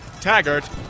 Taggart